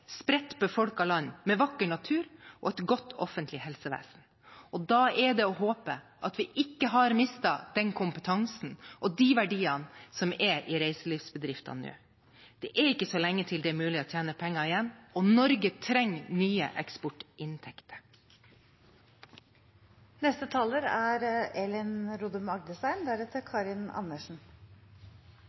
spredt befolket land med vakker natur og et godt offentlig helsevesen. Da er det å håpe at vi ikke har mistet den kompetansen og de verdiene som er i reiselivsbedriftene nå. Det er ikke så lenge til det er mulig å tjene penger igjen, og Norge trenger nye eksportinntekter. Som flere har vært inne på, er